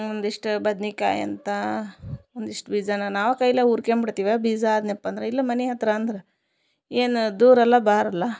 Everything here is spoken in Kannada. ಒಂದಿಷ್ಟು ಬದ್ನಿಕಾಯಿ ಅಂಥ ಒಂದಿಷ್ಟು ಬೀಜನ ನಾವು ಕೈಲೇ ಊರ್ಕೊಂಬಿಡ್ತೀವಿ ಆ ಬೀಜ ಆದ್ನ್ಯಾಪ್ಪ ಅಂದ್ರೆ ಇಲ್ಲ ಮನೆ ಹತ್ತಿರ ಅಂದ್ರೆ ಏನೂ ದೂರಲ್ಲ ಬಾರಲ್ಲ